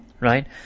right